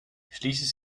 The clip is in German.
schließlich